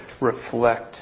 reflect